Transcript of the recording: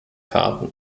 karten